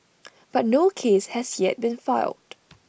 but no case has yet been filed